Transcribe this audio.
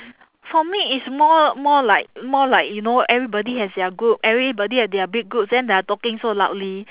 for me it's more more like more like you know everybody has their group everybody have their big groups then they're talking so loudly